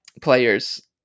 players